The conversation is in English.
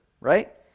right